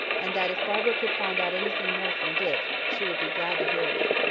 and that if barbara could find out anything more from dick, she would be glad to hear of it.